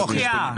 רק שנייה,